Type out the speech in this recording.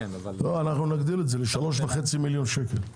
אנחנו נגדיל את זה ל-3.5 מיליון שקל.